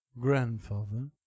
grandfather